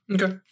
Okay